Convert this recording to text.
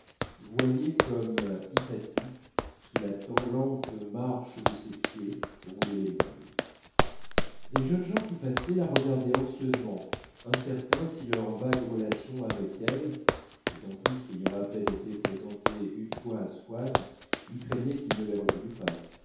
comme hypatie sous la lente marche de ses pieds rouler les mondes des jeunes gens qui passaient la regardaient anxieusement incertains si leurs vagues relations avec elle d'autant plus qu'ayant à peine été présentés une fois à swann ils craignaient qu'il ne les reconnût pas